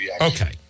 Okay